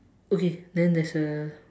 okay then there's a